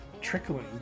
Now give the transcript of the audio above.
trickling